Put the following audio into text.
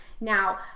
Now